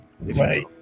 Right